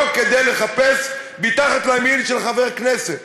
לא כדי לחפש מתחת למעיל של חבר כנסת.